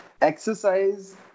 Exercise